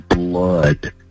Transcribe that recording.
Blood